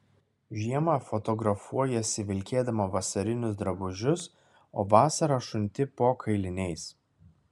žiemą fotografuojiesi vilkėdama vasarinius drabužius o vasarą šunti po kailiniais